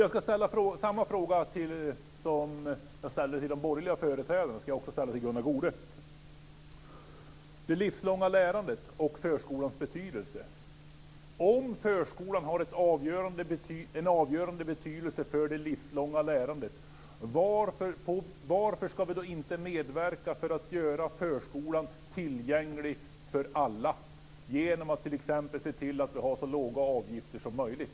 Jag ska ställa samma fråga till Gunnar Goude som jag ställde till de borgerliga företrädarna om det livslånga lärandet och förskolans betydelse. Om förskolan har en avgörande betydelse för det livslånga lärandet, varför ska vi då inte medverka till att göra förskolan tillgänglig för alla, t.ex. genom att se till att avgifterna är så låga som möjligt?